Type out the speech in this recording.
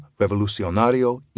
Revolucionario